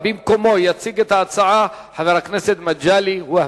אבל במקומו יציג את ההצעה חבר הכנסת מגלי והבה.